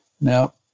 Now